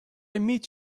meet